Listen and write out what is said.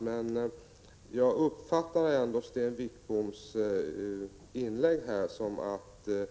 Men jag uppfattar Sten Wickboms inlägg här som ett